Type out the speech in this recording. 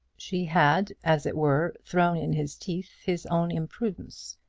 she had, as it were, thrown in his teeth his own imprudence,